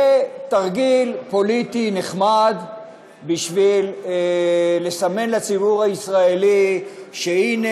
תרגיל פוליטי נחמד בשביל לסמן לציבור הישראלי שהנה,